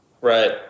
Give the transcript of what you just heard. Right